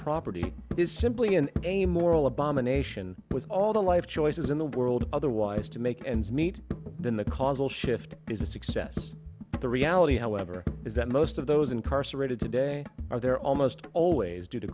property is simply an amoral abomination with all the life choices in the world otherwise to make ends meet then the causal shift is a success but the reality however is that most of those incarcerated today are there almost always d